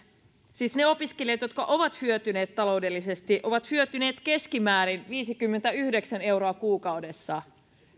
siis ne opiskelijat jotka ovat hyötyneet taloudellisesti ovat hyötyneet keskimäärin viisikymmentäyhdeksän euroa kuukaudessa niin kun